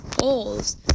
Holes